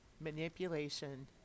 manipulation